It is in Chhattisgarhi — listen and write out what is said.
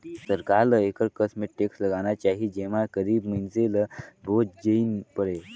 सरकार ल एकर कस में टेक्स लगाना चाही जेम्हां गरीब मइनसे ल बोझ झेइन परे